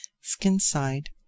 skin-side